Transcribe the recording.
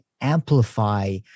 amplify